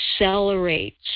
accelerates